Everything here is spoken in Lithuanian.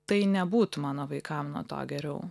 tai nebūtų mano vaikam nuo to geriau